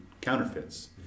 counterfeits